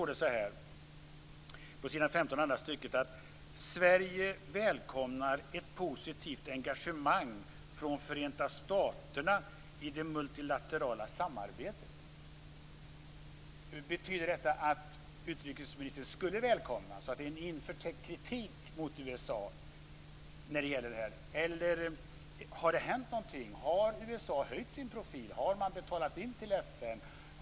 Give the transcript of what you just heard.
Det står att Sverige välkomnar ett positivt engagemang från Förenta staterna i det multilaterala samarbetet. Betyder det att utrikesministern skulle välkomna detta och att det alltså är en förtäckt kritik mot USA? Eller har det hänt någonting? Har USA höjt sin profil? Har man betalat in till FN?